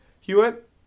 hewitt